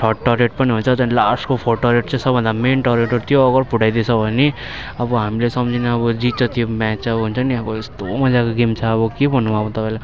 third turret पनि हुन्छ झन् लास्टको फोर्थ टरेट चाहिँ सबभन्दा मेन टरेट हो त्यो अगर फुटाइदिएछ भने अब हामीले सम्झिनु अब जित्छ त्यो म्याच अब हुन्छ नि अब यस्तो मजाको गेम छ अब के भन्नु अब तपाईँलाई